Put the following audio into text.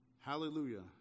Hallelujah